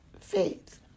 faith